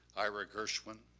ira gershwin,